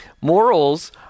Morals